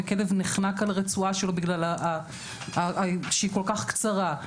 וכלב נחנק על הרצועה שלו מפני שהיא כל כך קצרה,